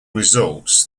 results